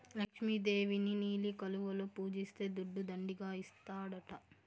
లక్ష్మి దేవిని నీలి కలువలలో పూజిస్తే దుడ్డు దండిగా ఇస్తాడట